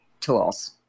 tools